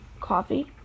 coffee